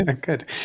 Good